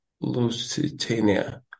Lusitania